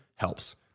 helps